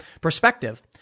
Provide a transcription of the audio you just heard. perspective